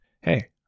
Hey